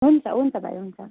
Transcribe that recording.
हुन्छ हुन्छ भाइ हुन्छ